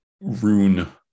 rune